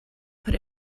put